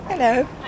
Hello